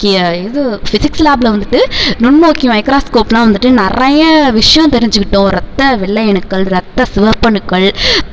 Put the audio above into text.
கிய இது ஃபிஸிக்ஸ் லேப்ல வந்துட்டு நுண்ணோக்கி மைக்ராஸ்கோப்லாம் வந்துட்டு நிறைய விஷயோம் தெரிஞ்சிக்கிட்டோம் ரத்த வெள்ளையணுக்கள் ரத்த சிவப்பணுக்கள்